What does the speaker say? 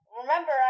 remember